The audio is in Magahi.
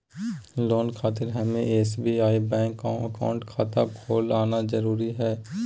लोन खातिर हमें एसबीआई बैंक अकाउंट खाता खोल आना जरूरी है?